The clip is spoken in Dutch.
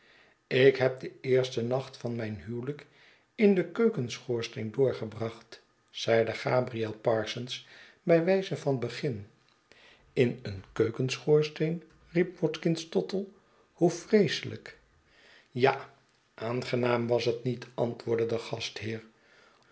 ik heb den eersten nacht van mijn huwelijk in den keukenschoorsteen doorgebracht zeide gabriel parsons bij wijze van begin in een keukenschoorsteen riep watkins tottle hoe vreeselijk ja aangenaam was het niet antwoordde de gastheer